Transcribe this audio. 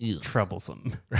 troublesome